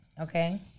Okay